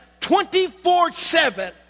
24-7